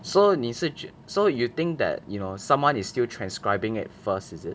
so 你是觉 so you think that you know someone is still transcribing at first is it